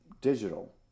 digital